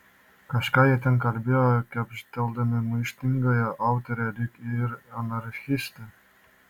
kažką jie ten kalbėjo kepšteldami maištingąją autorę lyg ir anarchistę